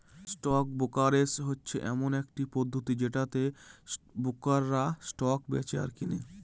stock brokerage হচ্ছে এমন একটি পদ্ধতি যেটাতে ব্রোকাররা স্টক বেঁচে আর কেনে